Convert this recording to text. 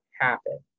happen